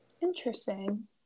interesting